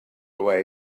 way